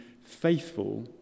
faithful